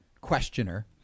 questioner